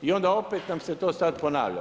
I onda opet nam se to sad ponavlja.